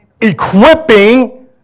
equipping